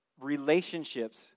relationships